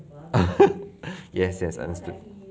yes yes understood